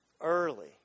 early